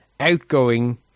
outgoing